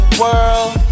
world